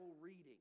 reading